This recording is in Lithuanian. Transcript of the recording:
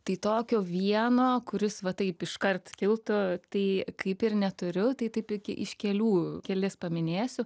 tai tokio vieno kuris va taip iškart kiltų tai kaip ir neturiu tai taip iki iš kelių kelis paminėsiu